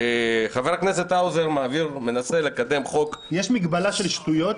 חבר הכנסת האוזר מנסה לקדם חוק --- יש מגבלה של שטויות?